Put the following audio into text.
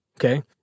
okay